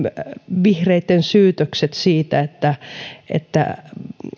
vihreitten syytökset siitä että että